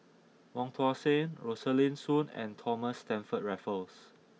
Wong Tuang Seng Rosaline Soon and Thomas Stamford Raffles